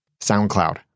SoundCloud